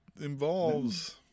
involves